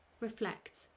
reflect